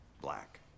Black